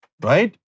right